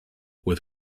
with